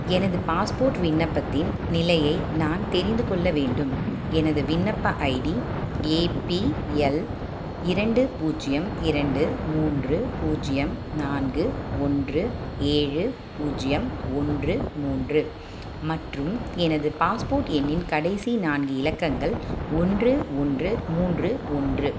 எனது பாஸ்போர்ட் விண்ணப்பத்தின் நிலையை நான் தெரிந்து கொள்ள வேண்டும் எனது விண்ணப்ப ஐடி ஏபிஎல் இரண்டு பூஜ்ஜியம் இரண்டு மூன்று பூஜ்ஜியம் நான்கு ஒன்று ஏழு பூஜ்ஜியம் ஒன்று மூன்று மற்றும் எனது பாஸ்போர்ட் எண்ணின் கடைசி நான்கு இலக்கங்கள் ஒன்று ஒன்று மூன்று ஒன்று